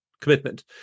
commitment